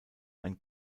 ein